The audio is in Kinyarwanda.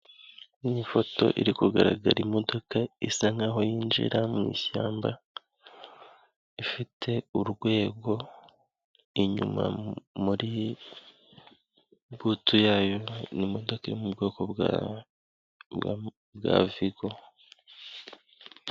Iyi foto iri kugaragara imodoka isa nk'aho yinjira mu ishyamba, ifite urwego inyuma muri butu yayo, ni imodoka iri mu bwoko bwa bwa Vigo.